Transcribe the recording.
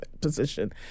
position